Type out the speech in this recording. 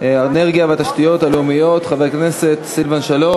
האנרגיה והתשתיות הלאומיות חבר הכנסת סילבן שלום.